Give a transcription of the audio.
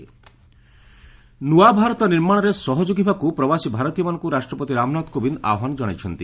president PBD ନୂଆ ଭାରତ ନିର୍ମାଣରେ ସହଯୋଗୀ ହେବାକୁ ପ୍ରବାସୀ ଭାରତୀୟମାନଙ୍କୁ ରାଷ୍ଟ୍ରପତି ରାମନାଥ କୋବିନ୍ଦ ଆହ୍ବାନ ଜଣାଇଛନ୍ତି